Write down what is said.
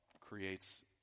creates